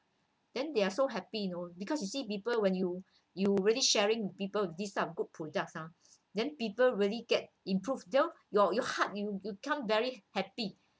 then they are so happy you know because you see people when you you really sharing to people these type of good products ah then people really get improved though your your heart you you come very happy